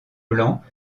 blancs